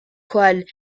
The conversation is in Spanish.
cual